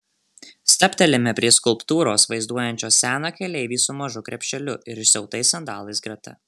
stabtelime prie skulptūros vaizduojančios seną keleivį su mažu krepšeliu ir išsiautais sandalais greta